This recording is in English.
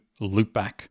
loopback